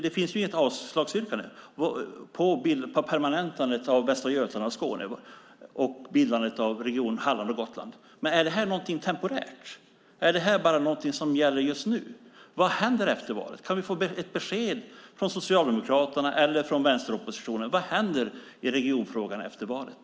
Det finns ju inget avslagsyrkande när det gäller permanentandet av Västra Götaland och Skåne och bildandet av regionerna Halland och Gotland. Men är det här något temporärt? Är det här bara något som gäller just nu? Kan vi få ett besked från Socialdemokraterna eller från vänsteroppositionen om vad som händer i regionfrågan efter valet?